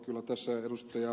kyllä tässä ed